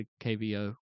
KVO